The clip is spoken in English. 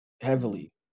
heavily